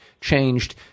changed